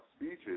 speeches